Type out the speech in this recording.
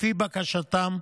לפי בקשתם,